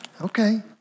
Okay